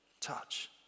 touch